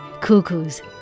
cuckoos